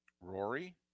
Rory